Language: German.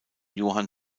johann